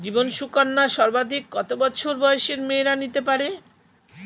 জীবন সুকন্যা সর্বাধিক কত বছর বয়সের মেয়েরা নিতে পারে?